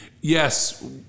yes